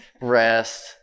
rest